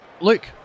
Luke